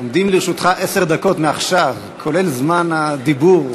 עומדות לרשותך עשר דקות מעכשיו, כולל זמן הדיבור.